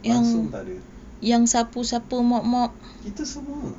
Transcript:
langsung tak ada kita semua